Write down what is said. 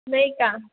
नाही का